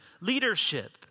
leadership